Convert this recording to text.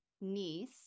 niece